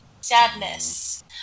sadness